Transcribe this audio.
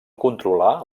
controlar